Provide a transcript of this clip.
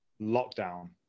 lockdown